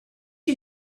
you